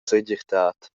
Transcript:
segirtad